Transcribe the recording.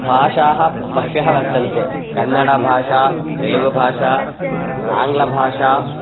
भाषाः बह्यः वर्तन्ते कन्नडभाषा तेलुगुभाषा आङ्ग्लभाषा